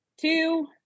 two